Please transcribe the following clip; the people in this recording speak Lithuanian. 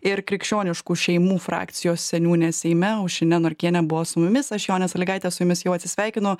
ir krikščioniškų šeimų frakcijos seniūnė seime aušrinė norkienė buvo su mumis aš jonė salygaitė su jumis jau atsisveikinu